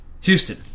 Houston